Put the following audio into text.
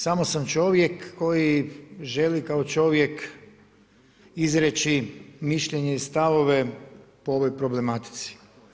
Samo sam čovjek koji želi kao čovjek izreći mišljenje i stavove po ovoj problematici.